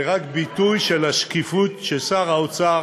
זה רק ביטוי של השקיפות ששר האוצר